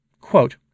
Quote